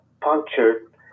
punctured